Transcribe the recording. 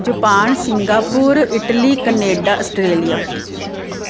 Japan Singapore Italy Canada Australia